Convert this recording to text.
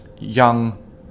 young